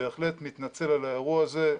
בהחלט מתנצל על האירוע הזה,